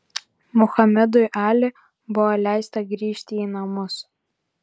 muhamedui ali buvo leista grįžti į namus